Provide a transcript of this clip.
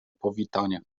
powitanie